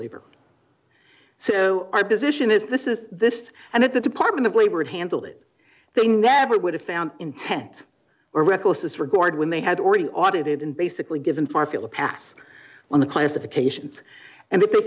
labor so our position is this is this and that the department of labor would handle it they never would have found intent or reckless disregard when they had already audited and basically given farkle a pass on the classifications and if